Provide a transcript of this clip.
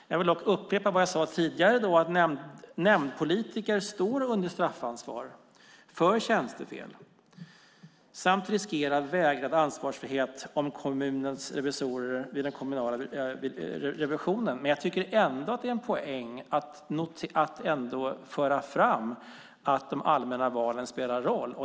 Jag vill dock upprepa vad jag sade tidigare, att nämndpolitiker står under straffansvar för tjänstefel samt riskerar vägrad ansvarsfrihet av kommunens revisorer vid den kommunala revisionen. Men jag tycker ändå att det är en poäng att föra fram att de allmänna valen spelar roll.